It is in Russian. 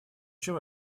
чем